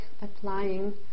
applying